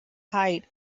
height